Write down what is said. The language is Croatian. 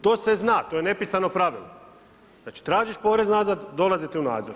To se zna, to je nepisano pravilo, znači tražiš porez nazad, dolazi ti u nadzor.